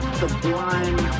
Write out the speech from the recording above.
sublime